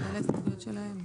אלה הסתייגויות שלהם.